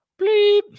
bleep